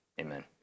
Amen